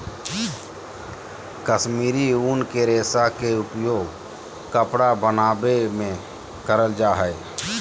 कश्मीरी उन के रेशा के उपयोग कपड़ा बनावे मे करल जा हय